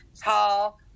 Tall